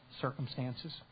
circumstances